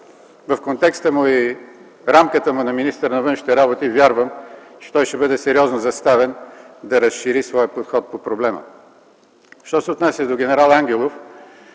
В контекста и рамката му на министър на външните работи вярвам, че той ще бъде сериозно заставен да разшири своя подход по проблема. Що се отнася до ген. Ангелов,